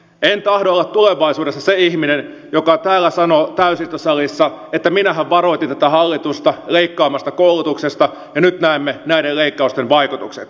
en tahdo olla tulevaisuudessa se ihminen joka täällä sanoo täysistuntosalissa että minähän varoitin tätä hallitusta leikkaamasta koulutuksesta ja nyt näemme näiden leikkausten vaikutukset